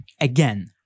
again